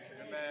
Amen